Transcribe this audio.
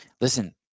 Listen